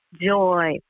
joy